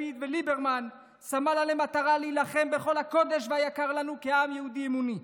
לפיד וליברמן שמה לה למטרה להילחם בכל הקדוש והיקר לנו כעם יהודי אמוני.